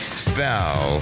spell